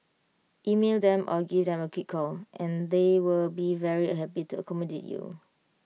email them or give them A quick call and they will be very happy to accommodate you